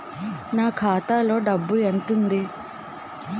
నా ఖాతాలో డబ్బు ఎంత ఉంది?